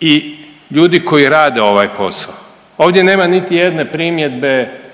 i ljudi koji rade ovaj posao. Ovdje nema niti jedne primjedbe